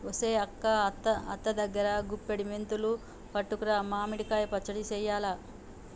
ఒసెయ్ అక్క అత్త దగ్గరా గుప్పుడి మెంతులు పట్టుకురా మామిడి కాయ పచ్చడి సెయ్యాల